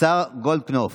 השר גולדקנופ